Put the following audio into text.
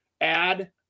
add